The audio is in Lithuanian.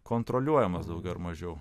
kontroliuojamas daugiau ar mažiau